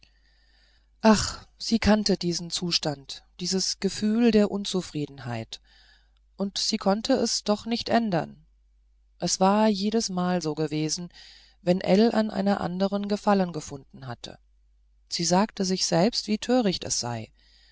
ach sie kannte auch diesen zustand dieses gefühl der unzufriedenheit und sie konnte es doch nicht ändern es war jedesmal so gewesen wenn ell an einer anderen gefallen gefunden hatte sie sagte sich selbst wie töricht sie sei